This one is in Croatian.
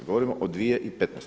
Govorimo o 2015.